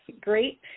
great